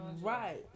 Right